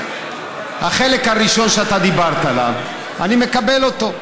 החלק הראשון שאתה דיברת עליו, אני מקבל אותו.